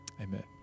Amen